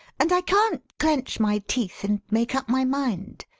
and i can't clench my teeth and make up my mind.